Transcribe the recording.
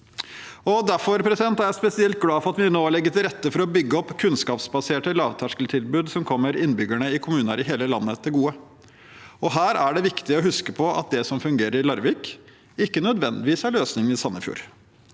Derfor er jeg spesielt glad for at vi nå legger til rette for å bygge opp kunnskapsbaserte lavterskeltilbud som kommer innbyggerne i kommuner i hele landet til gode. Her er det viktig å huske på at det som fungerer i Larvik, ikke nødvendigvis er løsningen i Sandefjord.